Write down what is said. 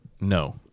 No